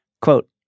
quote